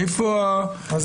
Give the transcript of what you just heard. אבל איפה החשש?